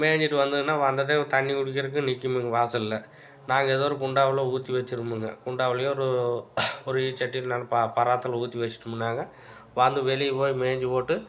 மேஞ்சிட்டு வந்ததுதுன்னா வந்ததும் தண்ணி குடிக்கிறதுக்கு நிற்குமுங்க வாசல்ல நாங்கள் ஏதோ ஒரு குண்டாவில் ஊற்றி வச்சிடுவோமுங்க குண்டாவிலையோ ஒரு ஒரு சட்டியில நல்ல ப பராத்தில் ஊற்றி வச்சிட்டோமுன்னாங்க வந்து வெளியேப்போய் மேய்ஞ்சிப்போட்டு